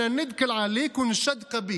(אומר בערבית ומתרגם:)